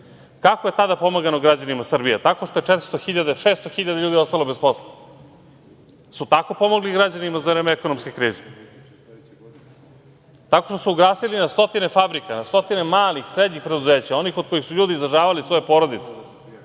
Kako je tada pomagano građanima Srbije? Tako što je 400 hiljada, 600 hiljada ljudi ostalo bez posla. Da li su tako pomogli građanima za vreme ekonomske krize? Tako što su ugasili na stotine fabrika, na stotine malih, srednjih preduzeća, oni od kojih su ljudi izdržavali svoje porodice,